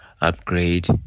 upgrade